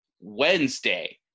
Wednesday